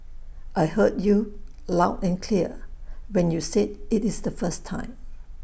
I heard you loud and clear when you said IT is the first time